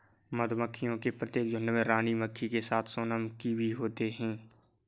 मधुमक्खियों के प्रत्येक झुंड में रानी मक्खी के साथ सोनम की भी होते हैं